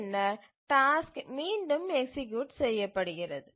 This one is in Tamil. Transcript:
பின்னர் டாஸ்க் மீண்டும் எக்சீக்யூட் செய்யப்படுகிறது